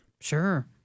Sure